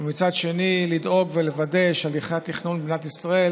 ומצד שני לדאוג ולוודא שהליכי התכנון במדינת ישראל